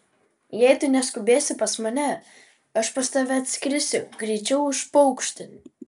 jei tu neskubėsi pas mane aš pas tave atskrisiu greičiau už paukštį